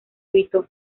evitó